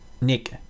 Nick